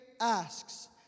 asks